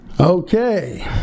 okay